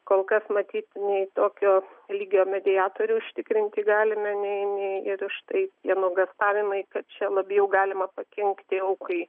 kol kas matyt nei tokio lygio mediatorių užtikrinti galime nei nei ir užtai tie nuogąstavimai kad čia labiau galima pakenkti aukai